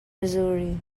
missouri